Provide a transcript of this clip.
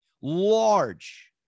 Large